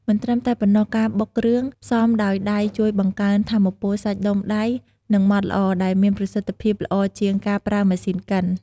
មិនត្រឹមតែប៉ុណ្ណោះការបុកគ្រឿងផ្សំដោយដៃជួយបង្កើនថាមពលសាច់ដុំដៃ និងម៉ដ្ឋល្អដែលមានប្រសិទ្ធភាពល្អជាងការប្រើម៉ាស៊ីនកិន។